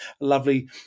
lovely